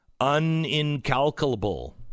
unincalculable